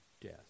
death